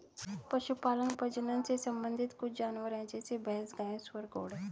पशुपालन प्रजनन से संबंधित कुछ जानवर है जैसे भैंस, गाय, सुअर, घोड़े